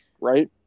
right